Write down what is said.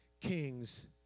kings